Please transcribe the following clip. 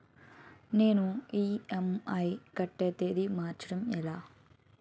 నేను ఇ.ఎం.ఐ కట్టే తేదీ మార్చడం ఎలా?